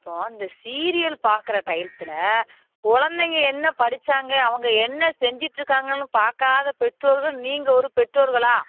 அப்போது அந்த சீரியல் பார்க்குற டையத்தில் கொழந்தைங்க என்ன படித்தாங்க அவங்க என்ன செஞ்சுட்டுருக்காங்கனு பார்க்காத பெற்றோர்கள் நீங்கள் ஒரு பெற்றோர்களா